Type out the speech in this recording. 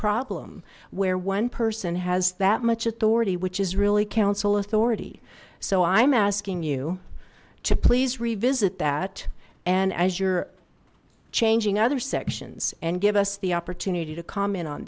problem where one person has that much authority which is really council authority so i'm asking you to please revisit that and as you're changing other sections and give us the opportunity to comment on